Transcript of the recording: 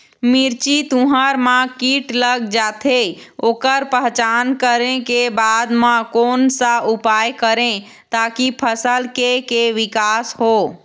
मिर्ची, तुंहर मा कीट लग जाथे ओकर पहचान करें के बाद मा कोन सा उपाय करें ताकि फसल के के विकास हो?